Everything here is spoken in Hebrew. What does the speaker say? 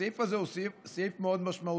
הסעיף הזה הוא סעיף מאוד משמעותי,